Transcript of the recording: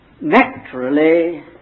Naturally